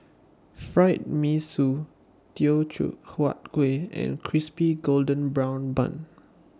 Fried Mee Sua Teochew Huat Kueh and Crispy Golden Brown Bun